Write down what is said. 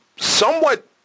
somewhat